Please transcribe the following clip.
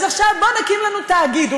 אז עכשיו בואו נקים לנו תאגידוש,